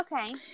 Okay